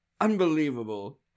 Unbelievable